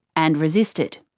and resisted.